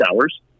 hours